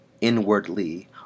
inwardly